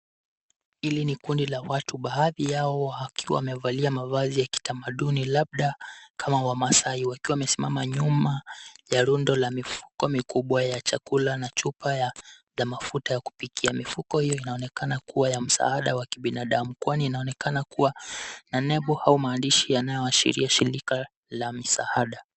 Hili ni kundi la watu baadhi yao wakiwa wamevalia mavazi ya kitamaduni labda kama wamasai wakiwa wamesimama nyuma ya rundo la mifuko mikubwa ya chakula na chupa za mafuta ya kupika. Mifuko hiyo inaoneka kuwa msaada wa kibinadamu kwani inaonekana kuwa na nembo au maandishi yanayoashiria ushiriki la misaada.